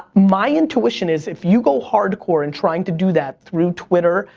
my intuition is if you go hardcore in trying to do that through twitter,